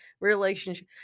relationship